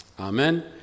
amen